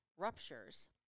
ruptures